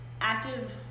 active